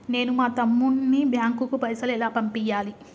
నేను మా తమ్ముని బ్యాంకుకు పైసలు ఎలా పంపియ్యాలి?